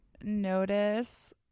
notice